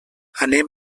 anem